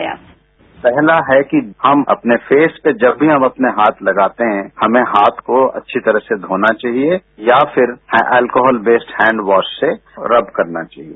bite doctor Satpathy पहला है कि हम अपने फेस पर जब भी हम अपने हाथ लगाते हैं हमें हाथ को अच्छी तरह से धोना चाहिए या फिर एल्कोहल बेस हैंडवॉश से रब करना चाहिए